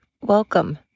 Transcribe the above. Welcome